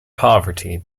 poverty